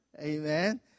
amen